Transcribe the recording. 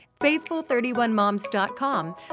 faithful31moms.com